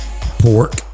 pork